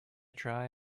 try